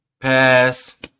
Pass